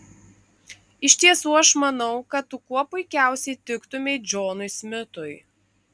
iš tiesų aš manau kad tu kuo puikiausiai tiktumei džonui smitui